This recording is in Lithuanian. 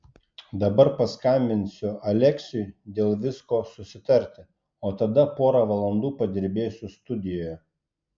dabar paskambinsiu aleksiui dėl visko susitarti o tada porą valandų padirbėsiu studijoje